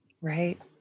Right